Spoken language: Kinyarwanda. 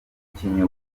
umukinnyi